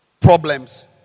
Problems